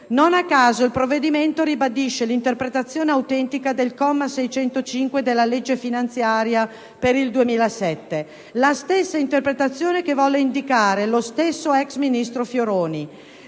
Non a caso il provvedimento ribadisce l'interpretazione autentica del comma 605 della legge finanziaria per il 2007, la stessa interpretazione che volle indicare lo stesso ex ministro Fioroni.